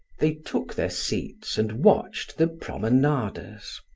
they took their seats and watched the promenaders.